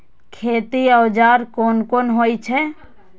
खेती औजार कोन कोन होई छै?